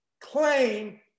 claim